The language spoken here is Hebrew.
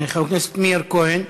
חבר הכנסת מאיר כהן,